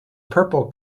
purple